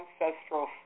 ancestral